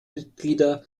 mitglieder